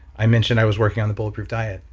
i mentioned i was working on the bulletproof diet.